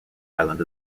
island